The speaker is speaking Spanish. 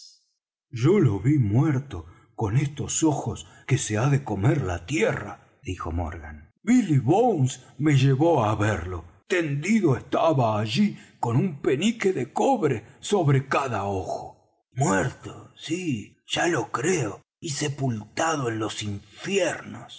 yo lo ví muerto con estos ojos que se ha de comer la tierra dijo morgan billy bones me llevó á verlo tendido estaba allí con un penique de cobre sobre cada ojo muerto sí ya lo creo y sepultado en los infiernos